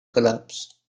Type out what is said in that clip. collapse